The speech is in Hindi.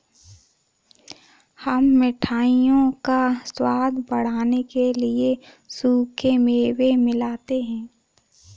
हम मिठाइयों का स्वाद बढ़ाने के लिए सूखे मेवे मिलाते हैं